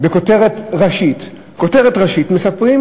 בכותרת ראשית מספרים,